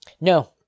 No